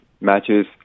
matches